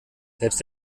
selbst